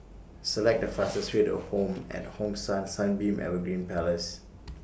Select The fastest Way to Home At Hong San Sunbeam Evergreen Place